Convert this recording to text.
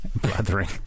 blathering